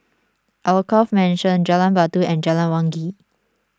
Alkaff Mansion Jalan Batu and Jalan Wangi